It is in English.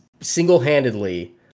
single-handedly